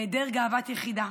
היעדר גאוות יחידה.